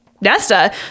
Nesta